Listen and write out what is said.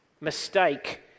mistake